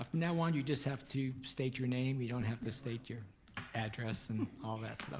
ah now on, you just have to state your name. you don't have to state your address and all that